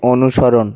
অনুসরণ